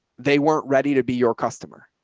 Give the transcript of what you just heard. they weren't ready to be your customer.